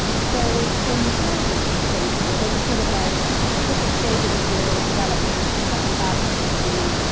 so from freudian psychology, it was sort of like a different stages of your development if something bad happens to you,